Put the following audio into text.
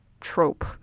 trope